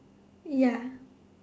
ya